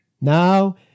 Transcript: now